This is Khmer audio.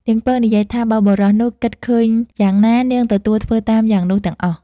នាងពៅនិយាយថាបើបុរសនោះគិតឃើញយ៉ាងណា នាងទទួលធ្វើតាមយ៉ាងនោះទាំងអស់ ។